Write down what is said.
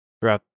throughout